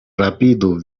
rapidu